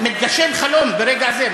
מתגשם חלום ברגע זה,